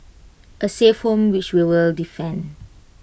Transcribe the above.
A safe home which we will defend